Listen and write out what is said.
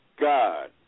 God